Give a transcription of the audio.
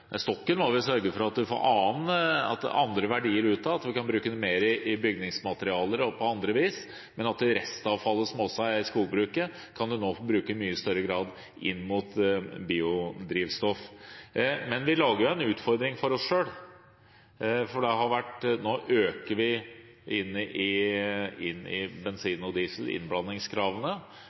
stokken må vi sørge for at vi får andre verdier ut av, at vi kan bruke den mer i bygningsmaterialer og på andre vis, men at det er restavfallet som også er i skogbruket, vi nå i mye større grad kan bruke inn mot biodrivstoff. Men vi lager en utfordring for oss selv, for nå øker vi innblandingskravene i bensin og diesel.